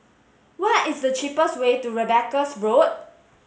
what is the cheapest way to Rebecca Road